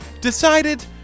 decided